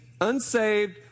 unsaved